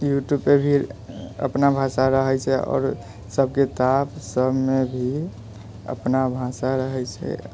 U ट्यूबपर भी अपना भाषा रहै छै आओर सभ किताब सभमे भी अपना भाषा रहै छै